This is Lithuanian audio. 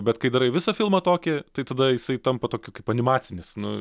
bet kai darai visą filmą tokį tai tada jisai tampa tokiu kaip animacinis nu